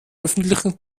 öffentlichen